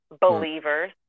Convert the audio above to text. believers